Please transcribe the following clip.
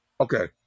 okay